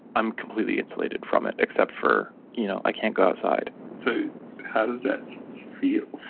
i'm completely insulated from it except for you know i can't go outside. so how does that feel?